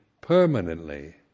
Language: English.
permanently